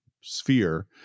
sphere